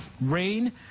Rain